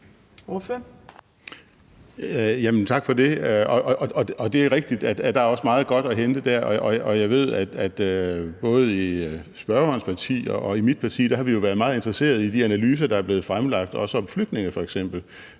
tak for det. Og det er rigtigt, at der også er meget godt at hente der, og jeg ved, at både i spørgerens parti og i mit parti har vi jo været meget interesseret i de analyser, der er blevet fremlagt, også om flygtninge f.eks.